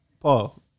Paul